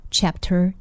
Chapter